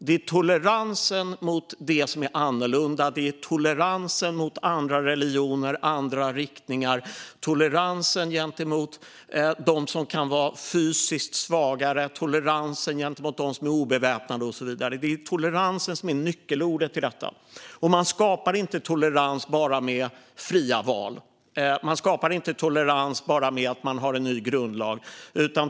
Kärnan är toleransen gentemot det som är annorlunda, gentemot andra religioner och andra riktningar, gentemot dem som kan vara fysiskt svagare och gentemot dem som är obeväpnade och så vidare. Det är toleransen som är nyckelordet i detta. Man skapar inte tolerans bara med fria val. Man skapar inte tolerans bara med att ha en ny grundlag.